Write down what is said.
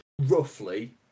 roughly